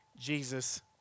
Jesus